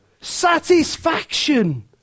Satisfaction